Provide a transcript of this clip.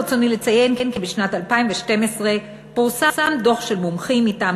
ברצוני לציין כי בשנת 2012 פורסם דוח של מומחים מטעם